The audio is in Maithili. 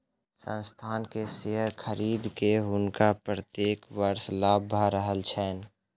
संस्थान के शेयर खरीद के हुनका प्रत्येक वर्ष लाभ भ रहल छैन